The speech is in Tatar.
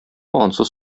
ансыз